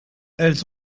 elles